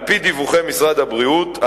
על-פי דיווחי משרד הבריאות,